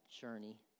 journey